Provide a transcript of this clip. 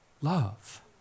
love